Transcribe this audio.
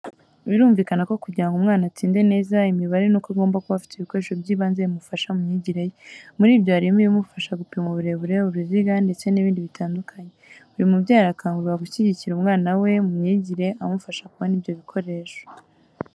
Birumvikana ko kugira ngo umwana atsinde neza imibare nuko agomba kuba afite ibikoresho by'ibanze bimufasha mu myigire ye. Muri byo harimo ibimufasha gupima uburebure, uruziga, ndetse nibindi bitandukanye. Buri mubyeyi arakangurirwa gushyigikira umwana we mu myigire, amufasha kubona ibyo bikoresho.